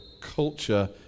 culture